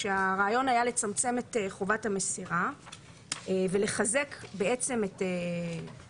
כשהרעיון היה לצמצם את חובת המסירה ולחזק את מה